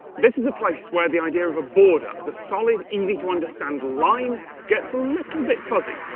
this is a place where the idea of a border as a solid, easy to understand line gets a little bit fuzzy.